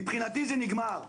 מבחינתי זה נגמר.